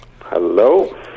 Hello